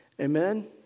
Amen